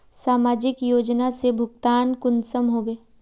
समाजिक योजना से भुगतान कुंसम होबे?